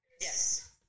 Yes